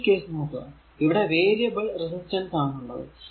ഇനി ഈ കേസ് നോക്കുക ഇവിടെ വേരിയബിൾ റെസിസ്റ്റൻസ് ആണുള്ളത്